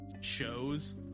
shows